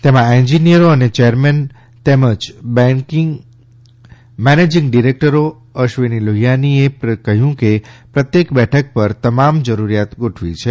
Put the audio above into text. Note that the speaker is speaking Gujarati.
તેમાં એન્જીનીયરો અને ચેરમેન અને મેનેજિંગ ડીરેક્ટરો અશ્વની લોહાની એ કહ્યુંકે પ્રત્યેક બેઠક પર તમામ જરૂરીયાત ગોઠવી છે